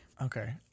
Okay